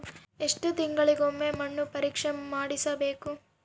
ಎಷ್ಟು ತಿಂಗಳಿಗೆ ಒಮ್ಮೆ ಮಣ್ಣು ಪರೇಕ್ಷೆ ಮಾಡಿಸಬೇಕು?